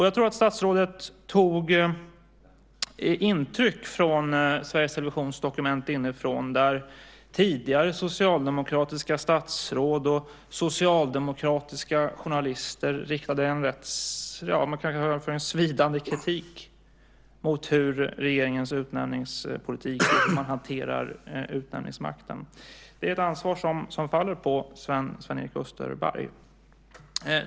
Jag tror att statsrådet tog intryck av Sveriges Televisions Dokument inifrån, där tidigare socialdemokratiska statsråd och socialdemokratiska journalister riktade en rätt svidande kritik mot regeringens utnämningspolitik och hur man hanterar utnämningsmakten. Det är ett ansvar som faller på Sven-Erik Österberg.